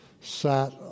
sat